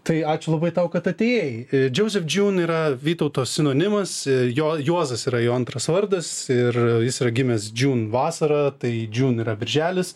tai ačiū labai tau kad atėjai džozef džiūn yra vytauto sinonimas jo juozas yra jo antras vardas ir jis yra gimęs džiun vasarą tai džiun yra birželis